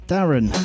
Darren